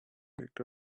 picked